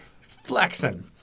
flexing